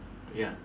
ya